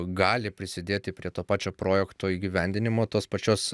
gali prisidėti prie to pačio projekto įgyvendinimo tos pačios